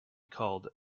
called